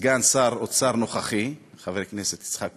סגן שר אוצר נוכחי, חבר הכנסת יצחק כהן,